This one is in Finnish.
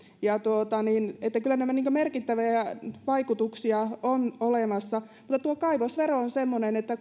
niin että kyllä merkittäviä vaikutuksia on olemassa mutta tuo kaivosvero on semmoinen että